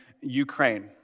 Ukraine